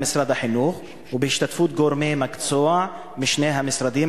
משרד החינוך ובהשתתפות גורמי מקצוע משני המשרדים,